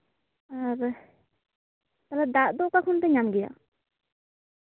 ᱟᱨ ᱛᱟᱦᱚᱞᱮ ᱫᱟᱜ ᱫᱚ ᱚᱠᱟ ᱠᱷᱚᱱ ᱯᱮ ᱧᱟᱢ ᱜᱮᱭᱟ